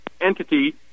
entity